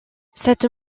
sept